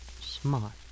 Smart